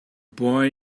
boy